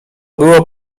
było